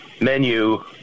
menu